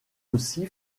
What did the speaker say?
aussi